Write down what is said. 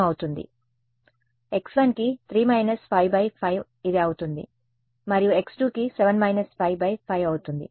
కాబట్టి x1 కి 3 − 55 ఇది అవుతుంది మరియు x2 కి 5 అవుతుంది